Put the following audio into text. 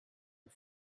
and